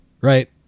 right